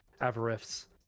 avarif's